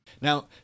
Now